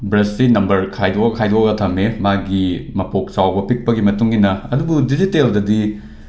ꯕ꯭ꯔꯁꯁꯤ number ꯈꯥꯏꯗꯣꯛ ꯈꯥꯏꯗꯣꯛꯑꯒ ꯊꯝꯃꯦ ꯃꯥꯒꯤ ꯃꯄꯣꯛ ꯆꯥꯎꯕ ꯄꯤꯛꯄꯒꯤ ꯃꯇꯨꯡ ꯏꯟꯅ ꯑꯗꯨꯕꯨ ꯗꯤꯖꯤꯇꯦꯜꯗꯗꯤ